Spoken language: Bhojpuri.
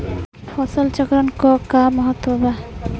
फसल चक्रण क का महत्त्व बा?